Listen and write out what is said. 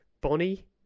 Bonnie